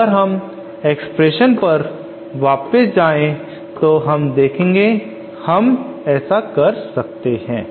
अगर हम एक्सप्रेशन पर वापस जाएं तो हम देखेंगे हम ऐसा कर सकते हैं